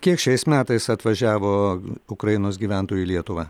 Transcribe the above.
kiek šiais metais atvažiavo ukrainos gyventojų į lietuvą